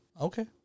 Okay